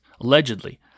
allegedly